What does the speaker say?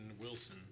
Wilson